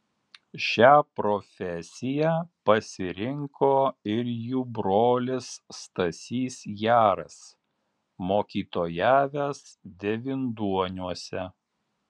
šią profesiją pasirinko ir jų brolis stasys jaras mokytojavęs devynduoniuose